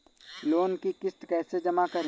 Loan की किश्त कैसे जमा करें?